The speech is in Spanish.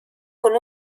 con